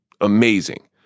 amazing